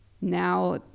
now